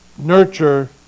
Nurture